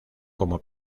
como